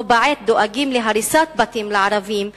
ובה בעת דואגים להריסת בתים לערבים,